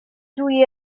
dwi